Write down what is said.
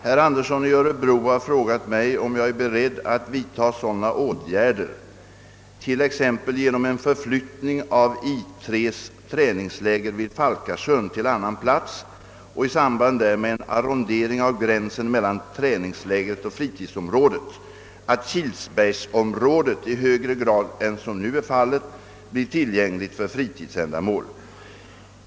Herr Andersson i öÖrebro har frågat mig, om jag är beredd att vidtaga sådana åtgärder — t.ex. genom en förflyttning av I 3:s träningsläger vid Falkasjön till annan plats och i samband därmed en arrondering av gränsen mellan träningslägret och fritidsområdet — att kilsbergsområdet i högre grad än som nu är fallet blir tillgängligt för fritidsändamål.